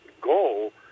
goal